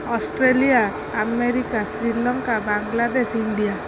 Australia America Sri Lanka Bangladesh India